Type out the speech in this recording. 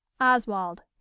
Oswald